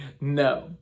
no